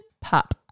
pop